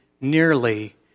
nearly